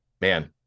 man